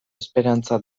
esperantza